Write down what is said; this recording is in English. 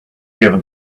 given